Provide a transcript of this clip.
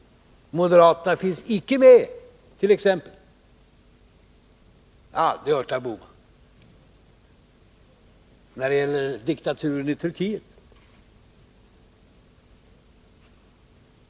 Moderaterna finns icke med t.ex. — det har jag aldrig hört av Gösta Bohman -— när det gäller att fördöma diktaturen i Turkiet.